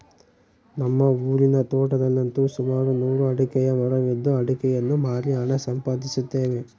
ನಮ್ಮ ಊರಿನ ತೋಟದಲ್ಲಂತು ಸುಮಾರು ನೂರು ಅಡಿಕೆಯ ಮರವಿದ್ದು ಅಡಿಕೆಯನ್ನು ಮಾರಿ ಹಣ ಸಂಪಾದಿಸುತ್ತೇವೆ